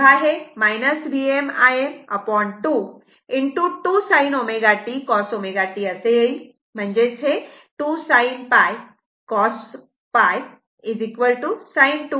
तेव्हा हे Vm Im2 2 sin ω t cos ω t असे येईल म्हणजेच 2 sin cos sin 2 असे येईल